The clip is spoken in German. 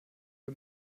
wir